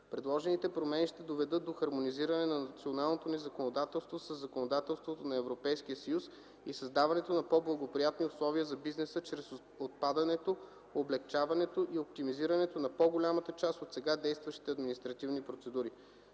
Предложените промени ще доведат до хармонизиране на националното ни законодателство със законодателството на Европейския съюз и създаването на по-благоприятни условия за бизнеса чрез отпадането, облекчаването и оптимизирането на по голямата част от сега действащите административни процедури.